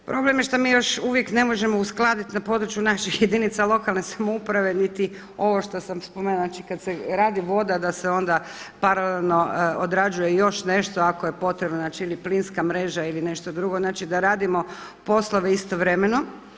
Problem je što mi još uvijek ne možemo uskladiti na području naših jedinica lokalne samouprave niti ovo što sam spomenula, znači kada se radi voda da se onda paralelno odrađuje još nešto ako je potrebno znači ili plinska mreža ili nešto drugo, znači da radimo poslove istovremeno.